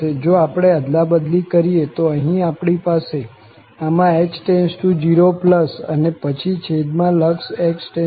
જો આપણે અદલા બદલી કરીએ તો અહીં આપણી પાસે આ માં h→0 અને પછી છેદમાં લક્ષ x→a